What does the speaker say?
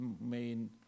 main